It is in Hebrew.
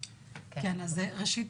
ראשית,